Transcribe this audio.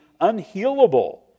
unhealable